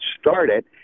started